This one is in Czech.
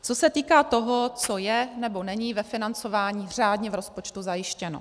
Co se týká toho, co je nebo není ve financování řádně v rozpočtu zajištěno.